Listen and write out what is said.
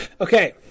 Okay